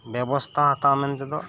ᱵᱮᱵᱚᱥᱛᱟ ᱦᱟᱛᱟᱣ ᱢᱮᱱ ᱛᱮᱫᱚ